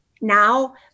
now